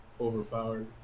overpowered